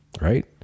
right